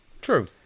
True